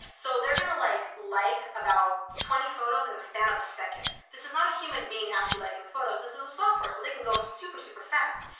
so they're going to like like about twenty photos in a span of a second. this is not a human being actually liking the photos. this is a software, so they can go super, super fast.